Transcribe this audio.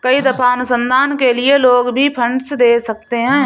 कई दफा अनुसंधान के लिए लोग भी फंडस दे सकते हैं